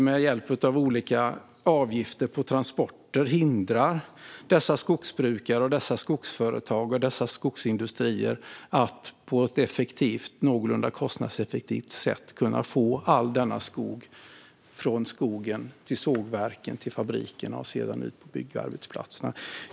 Med hjälp av olika avgifter på transporter hindrar vi dessa skogsbrukare, skogsföretag och skogsindustrier från att på ett någorlunda kostnadseffektivt sätt få all denna skog till sågverken och fabrikerna och sedan ut på byggarbetsplatserna.